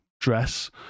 dress